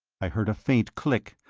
i heard a faint click,